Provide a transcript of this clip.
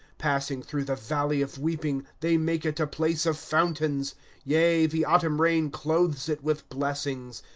passing through the valley of weeping. they make it a place of fountains yea, the autumn rain clothes it with blessings.